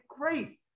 great